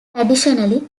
additionally